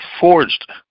forged